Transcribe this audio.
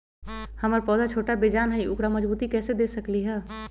हमर पौधा छोटा बेजान हई उकरा मजबूती कैसे दे सकली ह?